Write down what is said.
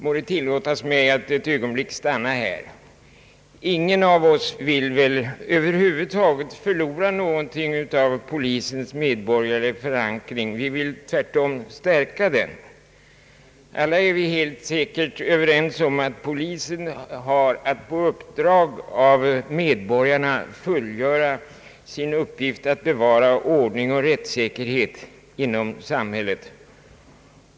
Må det tillåtas mig att ett ögonblick stanna här. Ingen av oss vill väl över huvud taget att polisen skall förlora något av sin medborgerliga förankring. Vi vill tvärtom stärka den. Alla är helt säkert överens om att polisen har att på uppdrag av medborgarna fullgöra sin uppgift att bevara ordning och säkerhet inom samhället.